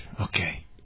Okay